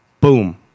Boom